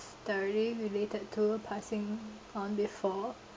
directly related to passing on before